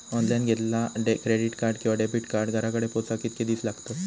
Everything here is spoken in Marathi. ऑनलाइन घेतला क्रेडिट कार्ड किंवा डेबिट कार्ड घराकडे पोचाक कितके दिस लागतत?